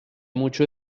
mucho